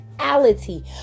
reality